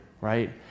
right